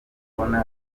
kubona